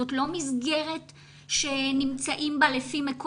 זאת לא מסגרת שנמצאים בה לפי מקומות מגורים.